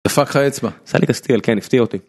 דפק לך אצבע, עשה לי את ה steal, כן, הפתיע אותי